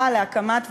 נוספת.